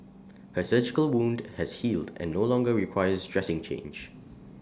her surgical wound has healed and no longer requires dressing change